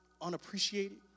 unappreciated